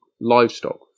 livestock